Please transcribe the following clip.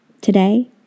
Today